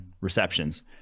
receptions